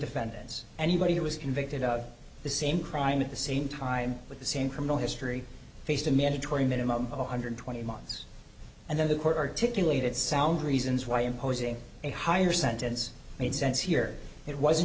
defendants anybody who was convicted of the same crime at the same time with the same criminal history faced a mandatory minimum of one hundred twenty months and then the court articulated sound reasons why imposing a higher sentence made sense here it wasn't